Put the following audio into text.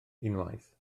unwaith